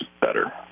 better